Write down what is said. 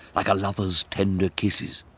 like a lover's tender kisses.